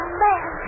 man